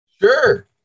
sure